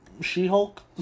She-Hulk